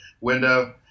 window